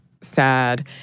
sad